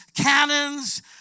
cannons